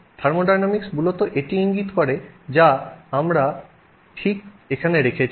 thermodynamics মূলত এটি ইঙ্গিত করে যা ঠিক আমরা এখানে রেখেছি